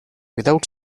without